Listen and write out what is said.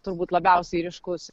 turbūt labiausiai ryškus